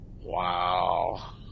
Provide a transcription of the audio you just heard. Wow